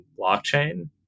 blockchain